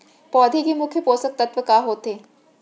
पौधे के मुख्य पोसक तत्व का होथे?